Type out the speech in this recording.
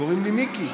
קוראים לי מיקי,